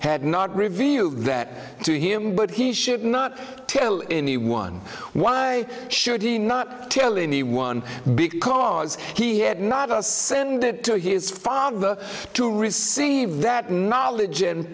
had not revealed that to him but he should not tell anyone why should he not tell anyone because he had not ascended to his father to receive that knowledge